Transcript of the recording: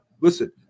listen